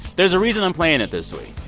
there's a reason i'm playing it this week.